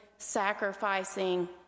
Sacrificing